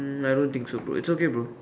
um I don't think so bro it's okay bro